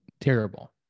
terrible